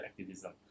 activism